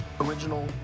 original